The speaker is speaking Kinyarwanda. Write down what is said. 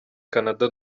canada